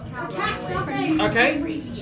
okay